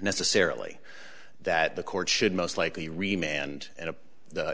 necessarily that the court should most likely remain and and the